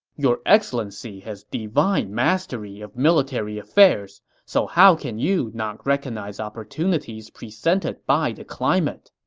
your excellency has divine mastery of military affairs, so how can you not recognize opportunities presented by the climate?